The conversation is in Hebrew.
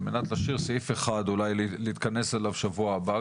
על מנת להשאיר סעיף אחד אולי להתכנס אליו שבוע הבא,